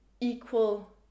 equal